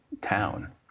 town